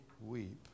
weep